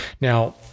Now